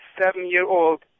seven-year-old